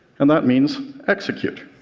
and that means execute.